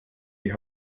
die